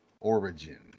origin